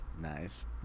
nice